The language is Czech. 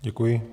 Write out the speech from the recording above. Děkuji.